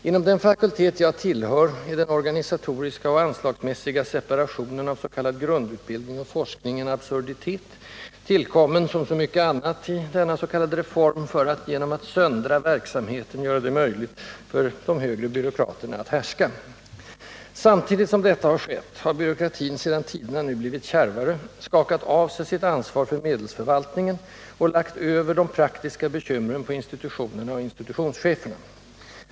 Inom den fakultet jag tillhör är den organisatoriska och anslagsmässiga separationen av s.k. grundutbildning och forskning en absurditet, tillkommen som så mycket annat i denna s.k. reform för att genom att söndra verksamheten göra det möjligt för de högre byråkraterna att härska. Samtidigt som detta skett har byråkratin nu, sedan tiderna blivit kärvare, skakat av sig sitt ansvar för medelsförvaltningen och lagt över de praktiska bekymren på institutionerna och institutionscheferna.